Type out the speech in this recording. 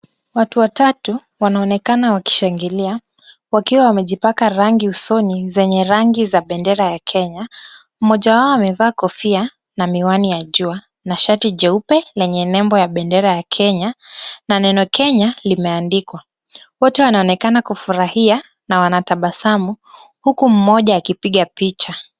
Watu watatu wanaonekana wakishangilia wakiwa wamejipaka rangi usoni zenye rangi za bendera ya Kenya. Mmoja wao amevaa kofia na miwani ya jua na shati jeupe lenye nembo ya bendera ya Kenya na neno Kenya limeandikwa. Wote wanaonekana kufurahia na wanatabasamu huku mmoja akipiga picha.